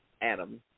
Adam